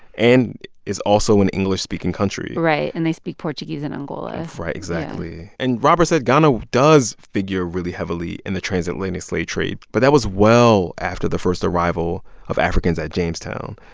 and it's also an english-speaking country right, and they speak portuguese in angola right, exactly. and robert said ghana does figure really heavily in the transatlantic slave trade, but that was well after the first arrival of africans at jamestown.